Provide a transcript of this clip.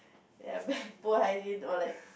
ya but poor hygiene or like